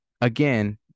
again